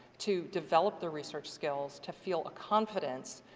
to develop their research skills, to feel confidence.